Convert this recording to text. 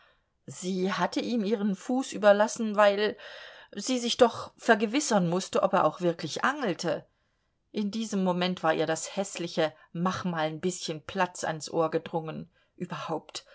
sie hatte ihm ihren fuß überlassen weil sie sich doch vergewissern mußte ob er auch wirklich angelte in diesem moment war ihr das häßliche mach mal n bißchen platz ans ohr gedrungen überhaupt